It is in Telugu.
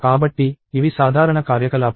కాబట్టి ఇవి సాధారణ కార్యకలాపాలు